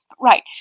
right